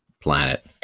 planet